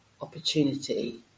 opportunity